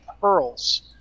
pearls